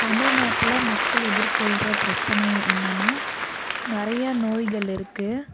தமிழ்நாட்டில் மக்கள் எதிர்கொள்கிற பிரச்சனை என்னென்னா நிறைய நோய்கள் இருக்குது